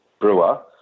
brewer